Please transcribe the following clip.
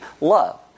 love